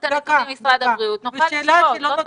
משרד הבריאות יעביר לנו את הנתונים, נוכל לשפוט.